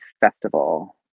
festival